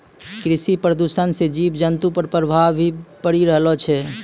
कृषि प्रदूषण से जीव जन्तु पर प्रभाव भी पड़ी रहलो छै